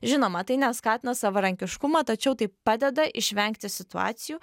žinoma tai neskatina savarankiškumą tačiau tai padeda išvengti situacijų